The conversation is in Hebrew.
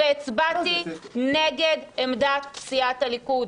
והצבעתי נגד עמדת סיעת הליכוד,